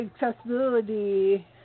accessibility